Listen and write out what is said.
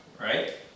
right